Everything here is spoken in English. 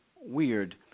Weird